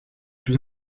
plus